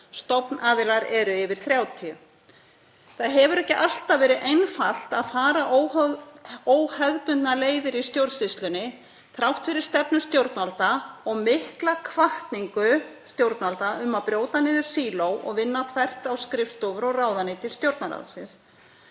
Stofnaðilar eru yfir 30. Það hefur ekki alltaf verið einfalt að fara óhefðbundnar leiðir í stjórnsýslunni. Þrátt fyrir stefnu stjórnvalda og mikla hvatningu stjórnvalda um að brjóta niður síló og vinna þvert á skrifstofur og ráðuneyti Stjórnarráðsins